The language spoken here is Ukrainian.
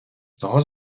чого